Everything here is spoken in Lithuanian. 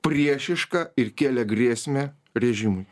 priešiška ir kėlė grėsmę režimui